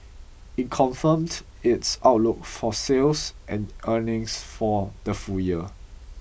it confirmed its outlook for sales and earnings for the full year